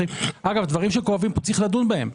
אגב, דברים שכואבים כאן, צריך לדון בהם.